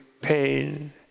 pain